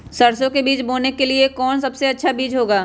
सरसो के बीज बोने के लिए कौन सबसे अच्छा बीज होगा?